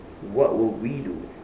what would we do